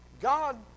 God